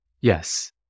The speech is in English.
Yes